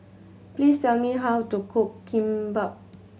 please tell me how to cook Kimbap